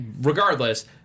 Regardless